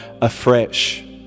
afresh